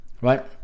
right